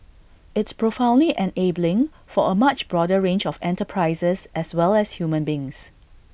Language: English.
it's profoundly and enabling for A much broader range of enterprises as well as human beings